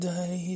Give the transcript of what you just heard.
Day